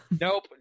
nope